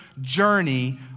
journey